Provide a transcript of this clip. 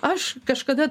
aš kažkada